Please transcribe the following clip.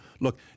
Look